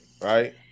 Right